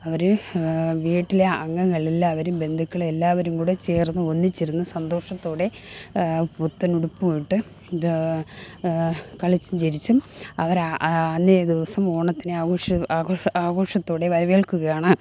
അവര് വീട്ടിലെ അംഗങ്ങളെല്ലാവരും ബന്ധുക്കളെല്ലാവരും കൂടെ ചേര്ന്നു ഒന്നിച്ചിരുന്നു സന്തോഷത്തോടെ പുത്തനുടുപ്പും ഇട്ട് കളിച്ചും ചിരിച്ചും അവരാ അന്നേദിവസം ഓണത്തിനെ ആഘോഷ് ആഘോഷ ആഘോഷത്തോടെ വരവേല്ക്കുകയാണ്